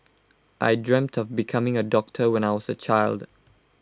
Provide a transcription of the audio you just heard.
I dreamt of becoming A doctor when I was A child